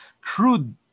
crude